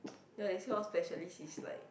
ya you see all specialists is like